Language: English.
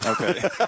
Okay